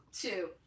two